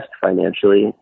financially